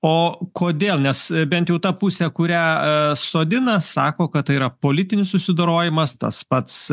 o kodėl nes bent jau ta pusė kurią sodina sako kad tai yra politinis susidorojimas tas pats